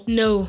no